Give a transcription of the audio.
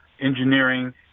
engineering